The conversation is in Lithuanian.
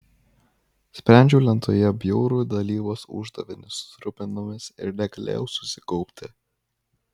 sprendžiau lentoje bjaurų dalybos uždavinį su trupmenomis ir negalėjau susikaupti